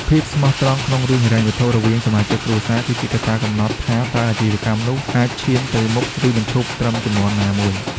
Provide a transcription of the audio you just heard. ភាពស្មោះត្រង់ក្នុងរឿងហិរញ្ញវត្ថុរវាងសមាជិកគ្រួសារ គឺជាកត្តាកំណត់ថាតើអាជីវកម្មនោះអាចឈានទៅមុខ ឬត្រូវបញ្ឈប់ត្រឹមជំនាន់ណាមួយ។